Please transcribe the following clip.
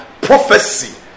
prophecy